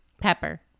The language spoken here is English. pepper